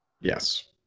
Yes